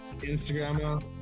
Instagram